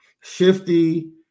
Shifty